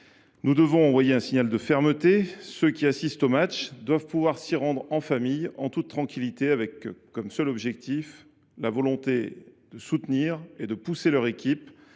Nous devons envoyer un signal de fermeté : ceux qui assistent aux matchs doivent pouvoir s’y rendre en famille, en toute tranquillité, avec comme seul objectif la volonté de soutenir et de pousser leur équipe